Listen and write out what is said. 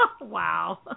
Wow